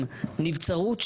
הרביזיה הוסרה.